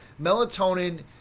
Melatonin